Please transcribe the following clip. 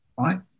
Right